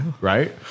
Right